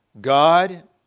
God